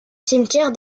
cimetière